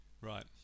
right